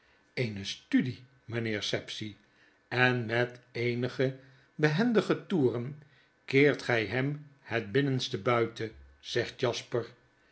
eene studie mijnheer sapsea en met eenige behendige toeren keert gij hem het binnenste buiten zegt jasper